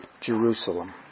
Jerusalem